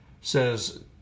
says